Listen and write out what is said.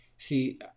See